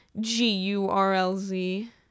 G-U-R-L-Z